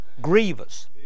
grievous